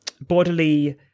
bodily